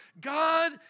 God